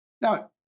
Now